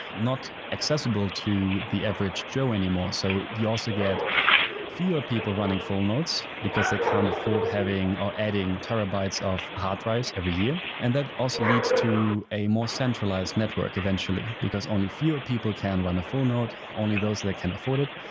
not accessible to the average joe anymore. so you also get fewer people running full nodes, because they can't afford having or adding terabytes of hard drives price every year, and that also leads to a more centralized network eventually, because only fewer people can run a full node, only those that can afford it,